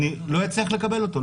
אני לא אצליח לקבל אותו,